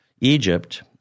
Egypt